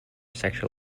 sexual